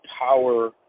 power